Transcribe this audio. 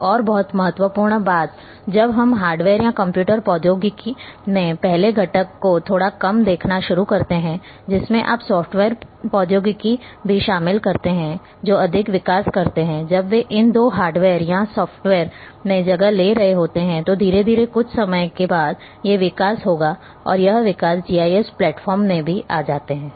एक और बहुत ही महत्वपूर्ण बात जब हम हार्डवेयर या कंप्यूटर प्रौद्योगिकी में पहले घटक को थोड़ा कम देखना शुरू करते हैं जिसमें आप सॉफ्टवेयर प्रौद्योगिकी भी शामिल करते हैं जो अधिक विकास करते हैं जब वे इन दो हार्डवेयर और सॉफ्टवेयर में जगह ले रहे होते हैं तो धीरे धीरे कुछ समय के बाद ये विकास होगा और यह विकास जीआईएस प्लेटफॉर्म में भी आ जाते हैं